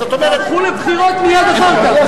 והם הלכו לבחירות מייד אחר כך.